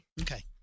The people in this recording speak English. Okay